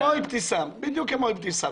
כמו אבתיסאם, בדיוק כמו אבתיסאם.